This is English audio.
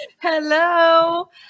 Hello